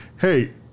hey